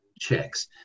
checks